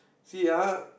see ah